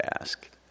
ask